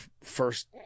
first